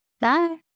Bye